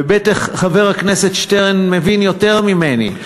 בטח חבר הכנסת שטרן מבין יותר ממני.